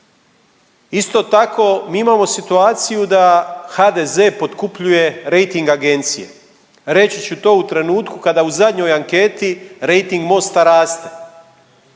Isto tako, mi imamo situaciju da HDZ potkupljuje rejting agencije. Reći ću to u trenutku kada u zadnjoj anketi rejting Mosta raste,